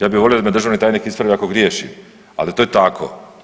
Ja bih volio da me državni tajni ispravi ako griješim, ali to je tako.